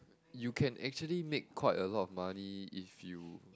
you can actually make quite a lot of money if you